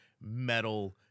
metal